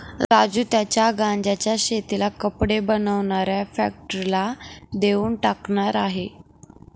राजू त्याच्या गांज्याच्या शेतीला कपडे बनवणाऱ्या फॅक्टरीला देऊन टाकणार आहे